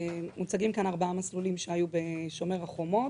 מוצגים כאן ארבעה מסלולים שהיו בשומר החומות,